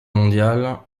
mondiale